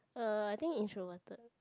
uh I think introverted